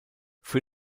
für